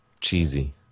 cheesy